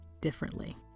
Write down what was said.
differently